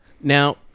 Now